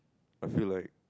I feel like